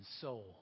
soul